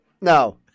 No